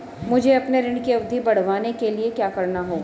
मुझे अपने ऋण की अवधि बढ़वाने के लिए क्या करना होगा?